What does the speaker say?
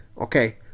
Okay